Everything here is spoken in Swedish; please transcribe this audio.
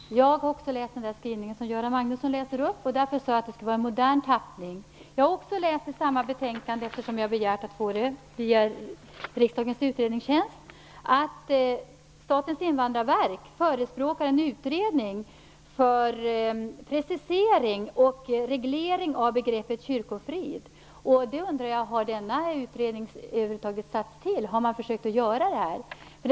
Herr talman! Jag har också läst det som Göran Magnusson läste upp. Därför sade jag att det skall vara en kyrkofrid i modern tappning. I samma betänkande har jag också läst - jag har begärt att få det via Riksdagens utredningstjänst - att Statens invandrarverk förespråkar en utredning för precisering och reglering av begreppet kyrkofrid. Jag undrar: Har denna utredning över huvud taget blivit tillsatt? Har man försökt att göra detta?